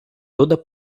toda